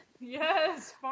Yes